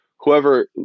whoever